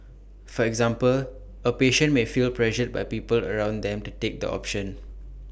for example A patient may feel pressured by people around them to take the option